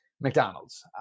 McDonald's